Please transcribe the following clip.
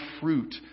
fruit